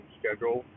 schedule